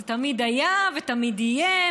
זה תמיד היה ותמיד יהיה,